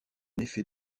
effet